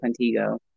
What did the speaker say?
contigo